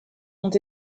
ont